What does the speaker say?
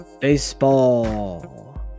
Baseball